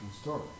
story